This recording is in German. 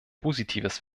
positives